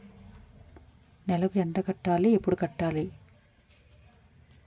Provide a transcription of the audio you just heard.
నెలకు ఎంత కట్టాలి? ఎప్పుడు కట్టాలి?